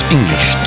English